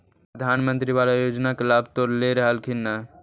प्रधानमंत्री बाला योजना के लाभ तो ले रहल्खिन ह न?